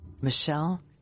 Michelle